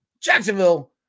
Jacksonville